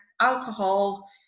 alcohol